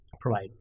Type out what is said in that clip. provide